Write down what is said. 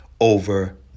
over